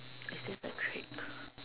is this a trick